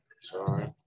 Sorry